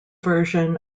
version